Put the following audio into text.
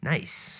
Nice